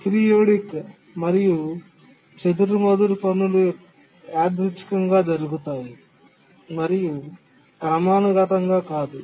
aperiodic మరియు చెదురుమదురు పనులు యాదృచ్ఛికంగా జరుగుతాయి మరియు క్రమానుగతంగా కాదు